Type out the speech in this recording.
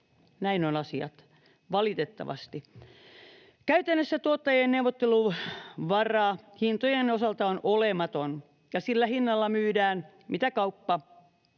Näin ovat asiat, valitettavasti. Käytännössä tuottajien neuvotteluvara hintojen osalta on olematon ja sillä hinnalla myydään, mitä kauppa